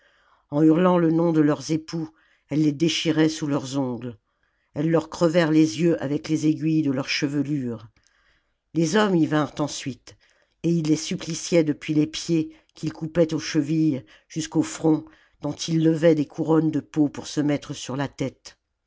en hurlant le nom de leurs époux elles les déchiraient sous leurs ongles elles leur crevèrent les yeux avec les aiguilles de leurs chevelures les hommes y vinrent ensuite et ils les suppliciaient depuis les pieds qu'ils coupaient aux chevilles jusqu'au front dont ils levaient des couronnes de peau pour se mettre sur la tête